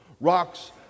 rocks